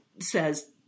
says